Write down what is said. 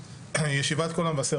ישיבת "קול המבשר",